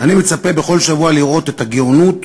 אני מצפה בכל שבוע לראות את הגאונות